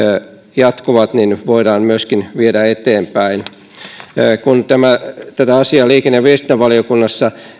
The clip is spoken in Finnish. jatkuvat myöskin voidaan viedä eteenpäin tätä asiaa liikenne ja viestintävaliokunnassa